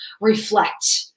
reflect